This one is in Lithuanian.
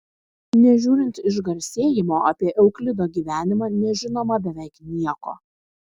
nežiūrint išgarsėjimo apie euklido gyvenimą nežinoma beveik nieko